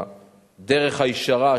הדרך הישרה,